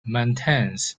maintains